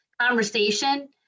conversation